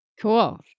Cool